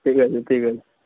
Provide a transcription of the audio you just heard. ঠিক আছে ঠিক আছে